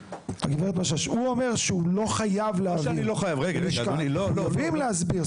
הוא אומר שהוא לא חייב להבהיר בלשכה; הם מחויבים להסביר.